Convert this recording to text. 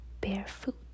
barefoot